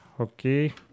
Okay